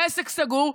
העסק סגור,